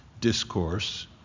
discourse